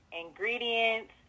ingredients